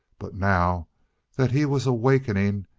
but now that he was awakening,